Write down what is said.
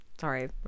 Sorry